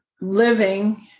living